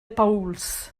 paüls